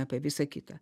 apie visa kita